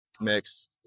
mix